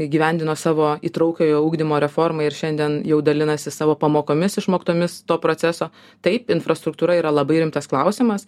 įgyvendino savo įtraukiojo ugdymo reformą ir šiandien jau dalinasi savo pamokomis išmoktomis to proceso taip infrastruktūra yra labai rimtas klausimas